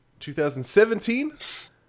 2017